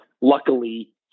luckily